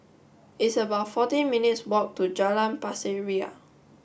it's about fourteen minutes' walk to Jalan Pasir Ria